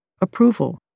approval